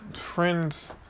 friends